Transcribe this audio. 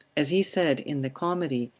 as he said in the comedy,